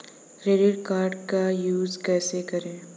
Credit card का use कैसे करें?